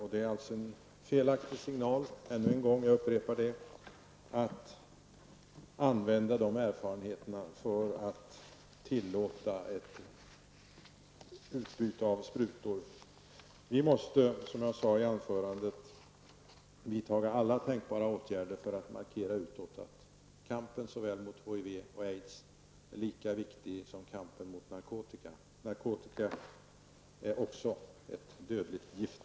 Jag upprepar ännu en gång att det är en felaktig signal att använda erfarenheterna för att tillåta ett utbyte av sprutor. Vi måste, som jag sade i anförandet, vidta alla tänkbara åtgärder för att markera utåt att kampen mot såväl HIV som aids är lika viktig som kampen mot narkotika. Narkotika är också ett dödligt gift.